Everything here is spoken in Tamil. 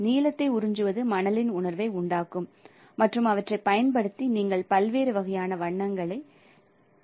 நீலத்தை உறிஞ்சுவது மணலின் உணர்வை உண்டாக்கும் மற்றும் அவற்றைப் பயன்படுத்தி நீங்கள் பல்வேறு வகையான வண்ணங்களை உருவாக்க முடியும்